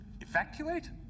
Evacuate